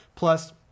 plus